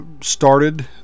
started